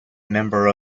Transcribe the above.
member